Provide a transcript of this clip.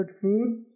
food